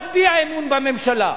לא אצביע אמון בממשלה.